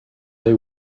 they